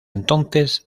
entonces